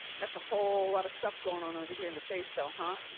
that's a whole lot of stuff going on over here in the face though, huh?